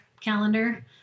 calendar